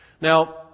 Now